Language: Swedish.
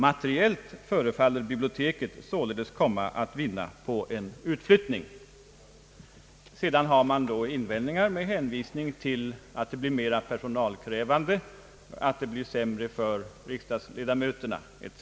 Materiellt förefaller biblioteket således komma att vinna på en utflyttning.> Sedan har man gjort invändningar med hänvisning till att det blir mera personalkrävande, att det blir sämre för riksdagsledamöterna etc.